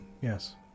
yes